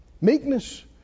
meekness